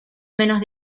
menos